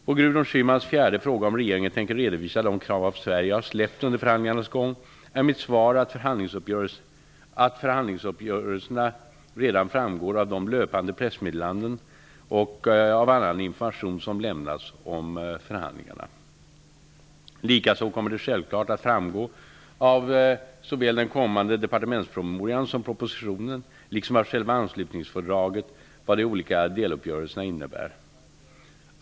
På Gudrun Schymans fjärde fråga om regeringen tänker redovisa de krav Sverige har släppt under förhandlingarnas gång är mitt svar att förhandlingsuppgörelserna redan framgår av de löpande pressmeddelandena och av annan information som lämnats om förhandlingarna. Likaså kommer det självklart att framgå av såväl den kommande departementspromemorian som propositionen liksom av själva anslutningsfördraget vad de olika deluppgörelserna innebär.